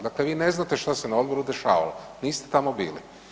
Dakle, vi ne znate što se na Odboru dešavalo, niste tamo bili.